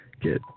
Get